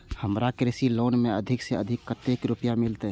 हमरा कृषि लोन में अधिक से अधिक कतेक रुपया मिलते?